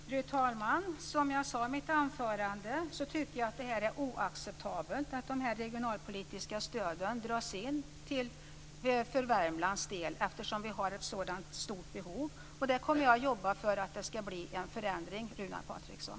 Fru talman! Som jag sade i mitt anförande tycker jag att det är oacceptabelt att de regionalpolitiska stöden dras in för Värmlands del eftersom vi har ett sådant stort behov, och jag kommer att jobba för att det ska bli en förändring, Runar Patriksson.